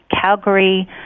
Calgary